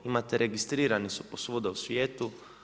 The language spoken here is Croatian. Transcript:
Imate registrirani su po svuda u svijetu.